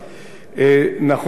נכון לעכשיו,